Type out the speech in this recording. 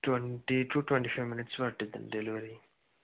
twenty two twenty five minutes పట్టిద్దండి delivery